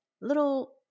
little